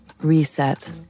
reset